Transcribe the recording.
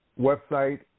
website